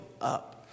up